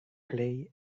play